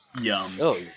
yum